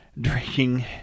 drinking